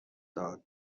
داد